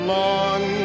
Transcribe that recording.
long